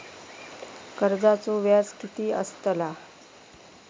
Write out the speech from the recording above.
कर्जाचो व्याज कीती असताला?